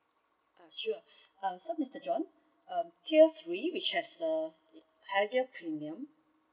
uh sure uh so mister john uh tier three which has a higher premium